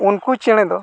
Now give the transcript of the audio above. ᱩᱱᱠᱩ ᱪᱮᱬᱮ ᱫᱚ